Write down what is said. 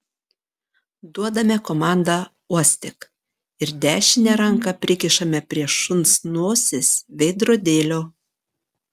duodame komandą uostyk ir dešinę ranką prikišame prie šuns nosies veidrodėlio